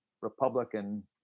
Republican